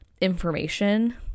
information